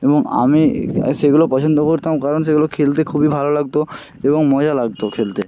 এবং আমি আর সেগুলো পছন্দ করতাম কারণ সেগুলো খেলতে খুবই ভালো লাগতো এবং মজা লাগতো খেলতে